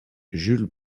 jules